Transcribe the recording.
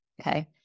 Okay